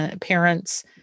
parents